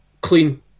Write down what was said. clean